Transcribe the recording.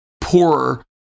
poorer